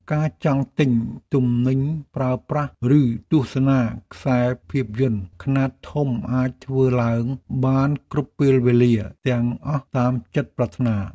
ការចង់ទិញទំនិញប្រើប្រាស់ឬទស្សនាខ្សែភាពយន្តខ្នាតធំអាចធ្វើឡើងបានគ្រប់ពេលវេលាទាំងអស់តាមចិត្តប្រាថ្នា។